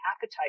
appetite